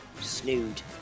Snood